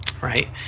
right